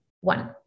one